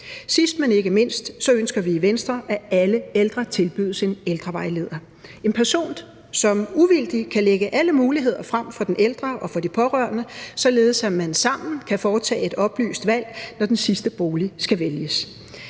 Sidst, men ikke mindst, ønsker vi i Venstre, at alle ældre tilbydes en ældrevejleder – en person, som uvildigt kan lægge alle muligheder frem for den ældre og for de pårørende, således at man sammen kan foretage et oplyst valg, når den sidste bolig skal vælges.